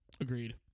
Agreed